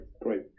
great